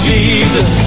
Jesus